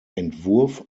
entwurf